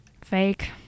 Fake